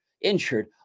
Injured